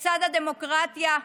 לצד הדמוקרטיה,